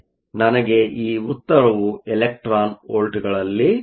ನನಗೆ ಈ ಉತ್ತರವು ಎಲೆಕ್ಟ್ರಾನ್ ವೋಲ್ಟ್ಗಳಲ್ಲಿರುತ್ತದೆ